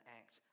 act